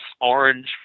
orange